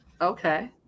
Okay